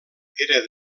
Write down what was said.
era